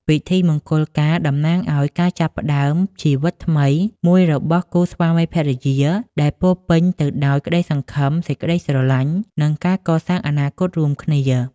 ពិធីមង្គលការតំណាងឱ្យ ការចាប់ផ្តើមជីវិតថ្មី មួយរបស់គូស្វាមីភរិយា ដែលពោរពេញទៅដោយក្តីសង្ឃឹម សេចក្តីស្រឡាញ់ និងការកសាងអនាគតរួមគ្នា ។